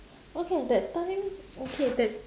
okay that time okay that